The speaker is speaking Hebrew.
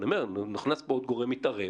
אני אומר שנכנס כאן עוד גורם מתערב.